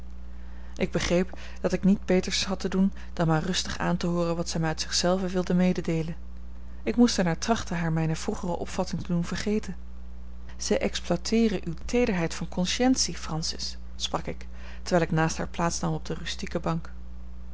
ik begreep dat ik niet beters had te doen dan maar rustig aan te hooren wat zij mij uit zich zelve wilde mededeelen ik moest er naar trachten haar mijne vroegere opvatting te doen vergeten zij exploiteeren uwe teederheid van consciëntie francis sprak ik terwijl ik naast haar plaats nam op de rustieke bank